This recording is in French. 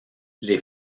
les